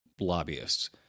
lobbyists